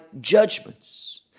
judgments